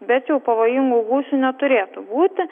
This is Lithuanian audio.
bet jau pavojingų gūsių neturėtų būti